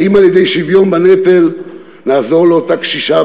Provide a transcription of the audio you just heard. האם על-ידי שוויון בנטל נעזור לאותה קשישה